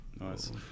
Nice